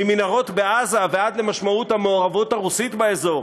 ממנהרות בעזה ועד למשמעות המעורבות הרוסית באזור,